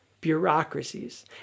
bureaucracies